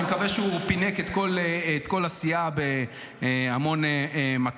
אני מקווה שהוא פינק את כל את כל הסיעה בהמון מתנות,